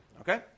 Okay